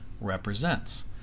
represents